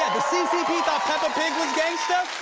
the ccp thought peppa pig was gangsta?